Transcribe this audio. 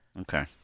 Okay